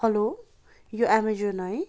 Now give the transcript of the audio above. hello यो Amazon है